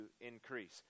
increase